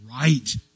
right